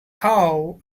how